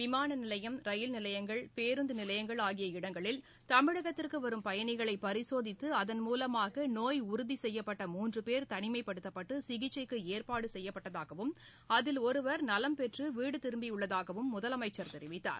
விமானநிலையம் ரயில் நிலையங்கள் பேருந்துநிலையங்கள் ஆகிய இடங்களில் தமிழகத்திற்குவரும் பயணிகளைபரிசோதிக்குஅகன் ரமலமாகநோய் உறுதிசெய்யப்பட்ட முன்றபேர் தனிமைப்படுத்தப்பட்டுசிகிச்சைக்குஏற்பாடுசெய்யப்பட்டதாகவும் அதில் ஒருவர் நலம் பெற்றுவீடுதிரும்பியுள்ளதாகவும் முதலமைச்சர் தெரிவித்தார்